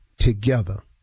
together